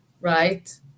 right